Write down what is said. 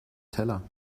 teller